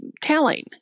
telling